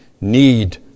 need